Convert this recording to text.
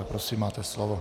Prosím, máte slovo.